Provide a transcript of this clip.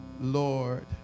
Lord